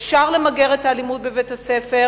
אפשר למגר את האלימות בבית-הספר